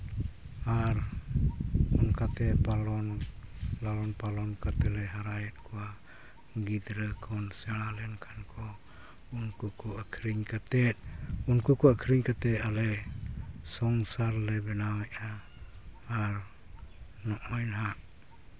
ᱟᱨ ᱚᱱᱠᱟᱛᱮ ᱯᱟᱞᱚᱱ ᱞᱟᱞᱚᱱ ᱯᱟᱞᱚᱱ ᱠᱟᱛᱮᱫ ᱞᱮ ᱦᱟᱨᱟᱭᱮᱫ ᱠᱚᱣᱟ ᱜᱤᱫᱽᱨᱟᱹ ᱠᱚ ᱥᱮᱬᱟ ᱞᱮᱱᱠᱷᱟᱱ ᱠᱚ ᱩᱱᱠᱩ ᱠᱚ ᱟᱹᱠᱷᱨᱤᱧ ᱩᱱᱠᱩ ᱠᱚ ᱟᱹᱠᱷᱨᱤᱧ ᱠᱟᱛᱮᱫ ᱟᱞᱮ ᱥᱚᱝᱥᱟᱨ ᱞᱮ ᱵᱮᱱᱟᱣᱮᱫᱼᱟ ᱟᱨ ᱱᱚᱜᱼᱚᱭ ᱱᱟᱦᱟᱜ